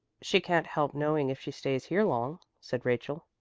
she can't help knowing if she stays here long, said rachel.